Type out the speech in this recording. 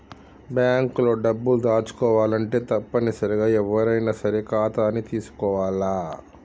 bank లో డబ్బులు దాచుకోవాలంటే తప్పనిసరిగా ఎవ్వరైనా సరే ఖాతాని తీసుకోవాల్ల